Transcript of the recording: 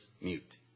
mute